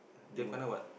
giam kana what